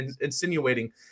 insinuating